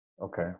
okay